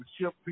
ship